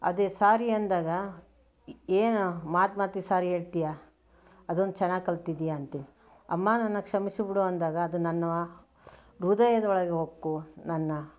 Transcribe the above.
ಅದೇ ಸ್ವಾರಿ ಎಂದಾಗ ಏನು ಮಾತು ಮಾತಿಗೆ ಸ್ವಾರಿ ಹೇಳ್ತೀಯ ಅದೊಂದು ಚೆನ್ನಾಗಿ ಕಲ್ತಿದ್ದೀಯ ಅಂತೇಳ್ತಿನಿ ಅಮ್ಮ ನನ್ನನ್ನು ಕ್ಷಮಿಸಿಬಿಡು ಅಂದಾಗ ಅದು ನನ್ನ ಹೃದಯದ ಒಳಗೆ ಹೊಕ್ಕು ನನ್ನ